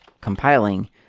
compiling